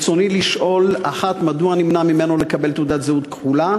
רצוני לשאול: 1. מדוע נמנע ממנו לקבל תעודת זהות כחולה?